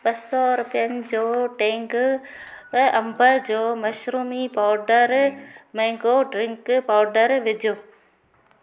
ॿ सौ रुपियनि जो टेंग ऐं अंब जो मशरूमी पाउडर मेंगो ड्रिंक पाउडर विझो